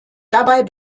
dabei